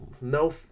no